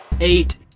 eight